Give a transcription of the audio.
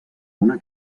una